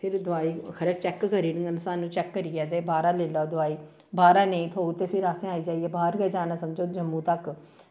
फिर दोआई खरै चेक करी ओड़न सानूं चेक करियै ते बाह्रा लेई लैओ दोआई बाह्रा नेईं थ्होग ते फिर असें आई जाइयै असें बाह्र गै जाना जां जम्मू तक